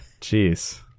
Jeez